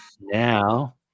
now